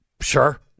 Sure